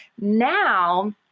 now